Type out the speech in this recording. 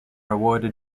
awarded